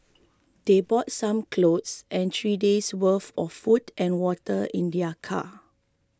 they brought some clothes and three days' worth of food and water in their car